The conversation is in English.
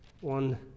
one